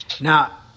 now